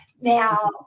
Now